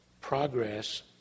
progress